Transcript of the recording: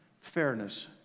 fairness